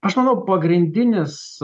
aš manau pagrindinis